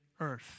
earth